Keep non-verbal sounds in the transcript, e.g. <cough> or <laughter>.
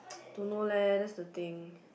<noise> don't know leh that's the thing